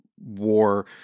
war